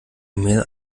mail